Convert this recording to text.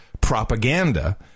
propaganda